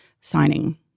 signing